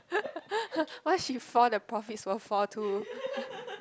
where she found the profits for four two